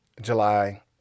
July